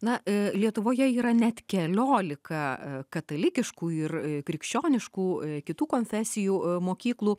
na lietuvoje yra net keliolika katalikiškų ir krikščioniškų kitų konfesijų mokyklų